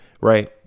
right